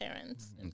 parents